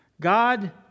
God